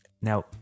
now